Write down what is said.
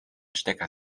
stecker